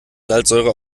salzsäure